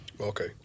Okay